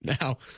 now